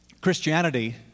Christianity